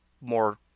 more